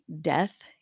death